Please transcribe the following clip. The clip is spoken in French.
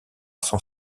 son